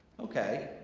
okay.